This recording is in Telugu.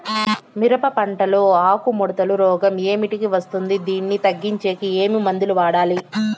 మిరప పంట లో ఆకు ముడత రోగం ఏమిటికి వస్తుంది, దీన్ని తగ్గించేకి ఏమి మందులు వాడాలి?